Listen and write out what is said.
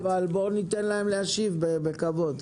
אבל בואו ניתן להם להשיב בכבוד.